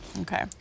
okay